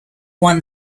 won